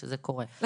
כשזה קורה,